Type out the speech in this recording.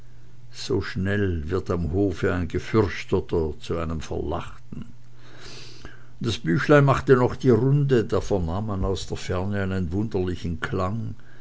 so schnell wird am hofe ein gefürchteter zu einem verlachten das büchlein machte noch die runde da vernahm man aus der ferne einen wunderlichen klang